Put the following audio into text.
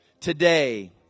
today